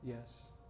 Yes